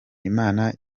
imana